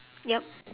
yup